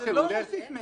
זה לא מוסיף מעבר לכך.